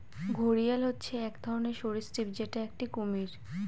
ঘড়িয়াল হচ্ছে এক ধরনের সরীসৃপ যেটা একটি কুমির